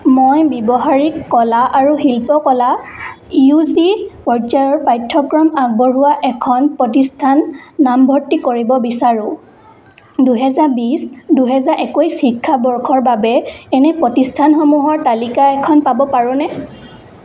মই ব্যৱহাৰিক কলা আৰু শিল্পকলাৰ ইউ জি পৰ্যায়ৰ পাঠ্যক্ৰম আগবঢ়োৱা এখন প্ৰতিষ্ঠানত নামভৰ্তি কৰিব বিচাৰোঁ দুহেজাৰ বিছ দুহেজাৰ একৈছ শিক্ষাবৰ্ষৰ বাবে এনে প্ৰতিষ্ঠানসমূহৰ তালিকা এখন পাব পাৰোঁনে